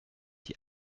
die